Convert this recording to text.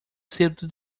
cedo